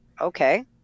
okay